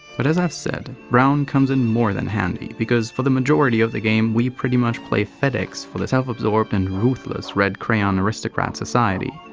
but as i've said, brown comes in more than handy, because for the majority of the game, we pretty much play fed-ex for the self-absorbed and ruthless red crayon aristocrat society.